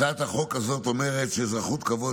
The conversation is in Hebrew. הצעת החוק הזאת אומרת שאזרחות כבוד,